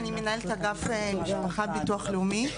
ואני מנהלת אגף משפחה בביטוח לאומי.